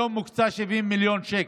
היום מוקצים 70 מיליון שקל.